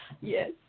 Yes